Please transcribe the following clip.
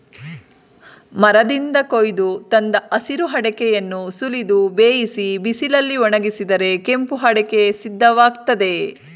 ಮರದಿಂದ ಕೊಯ್ದು ತಂದ ಹಸಿರು ಅಡಿಕೆಯನ್ನು ಸುಲಿದು ಬೇಯಿಸಿ ಬಿಸಿಲಲ್ಲಿ ಒಣಗಿಸಿದರೆ ಕೆಂಪು ಅಡಿಕೆ ಸಿದ್ಧವಾಗ್ತದೆ